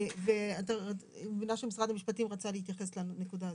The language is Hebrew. אני מבינה שמשרד המשפטים רצה להתייחס לנקודה הזאת.